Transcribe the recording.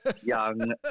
young